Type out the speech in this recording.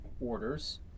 orders